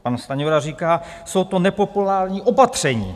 Pan Stanjura říká: Jsou to nepopulární opatření.